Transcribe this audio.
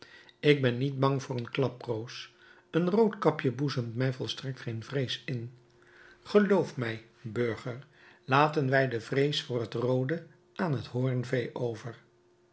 ik ben niet bang voor een klaproos en roodkapje boezemt mij volstrekt geen vrees in geloof mij burger laten wij de vrees voor het roode aan het hoornvee over